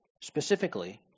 Specifically